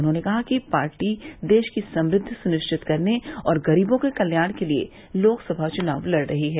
उन्होंने कहा कि पार्टी देश की समृद्धि सुनिश्चित करने और गरीबों के कल्याण के लिए लोकसभा चुनाव लड़ रही है